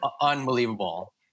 unbelievable